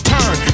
Turn